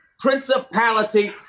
principality